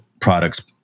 products